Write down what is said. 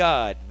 God